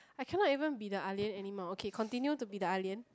I cannot even be the ah-lian anymore okay continue to be the ah-lian